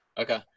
okay